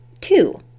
Two